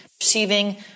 receiving